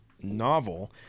novel